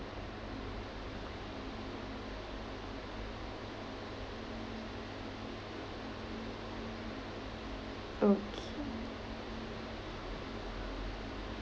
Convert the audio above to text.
okay